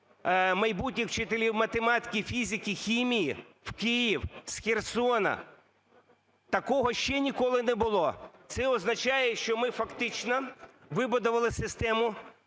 майбутніх вчителів математики, фізики, хімії, в Київ з Херсона. Такого ще ніколи не було. Це означає, що ми фактично вибудували систему,